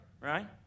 right